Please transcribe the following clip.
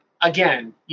again